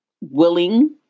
willing